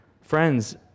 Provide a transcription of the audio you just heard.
Friends